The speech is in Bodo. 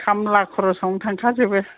खामला खरसावनो थांखा जोबो